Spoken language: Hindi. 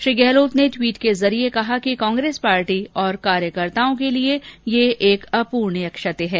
श्री गहलोत ने ट्वीट के जरिये कहा कि कांग्रेस पार्टी और कार्यकर्ताओं के लिए ये एक अप्रणीय क्षति है